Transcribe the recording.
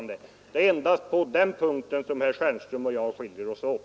Det är endast på den punkten som herr Stjernström och jag skiljer oss åt.